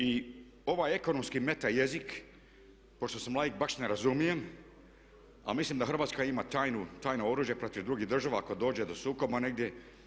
I ovaj ekonomski meta jezik pošto sam laik baš ne razumijem, a mislim da Hrvatska ima tajno oružje protiv drugih država ako dođe do sukoba negdje.